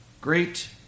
great